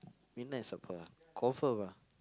midnight supper ah confirm ah